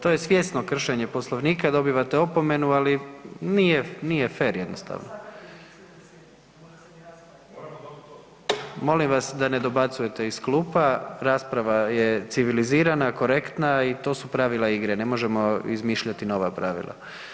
To je svjesno kršenje Poslovnika, dobivate opomenu, ali nije, nije fer jednostavno.… [[Upadica iz klupe se ne razumije]] Molim vas da ne dobacujete iz klupa, rasprava je civilizirana, korektna i to su pravila igre, ne možemo izmišljati nova pravila.